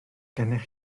gennych